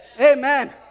Amen